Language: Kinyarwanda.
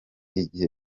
igihe